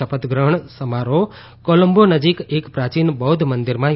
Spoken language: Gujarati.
શપથગ્રહણ સમારોફ કોલંબો નજીક એક પ્રાચીન બૌધ્ધ મંદિરમાં યોજાશે